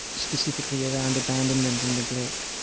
specifically around abandonment and neglect.